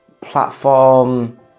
platform